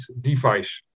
device